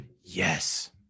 yes